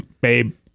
babe